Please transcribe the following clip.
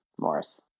Morris